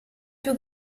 più